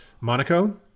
Monaco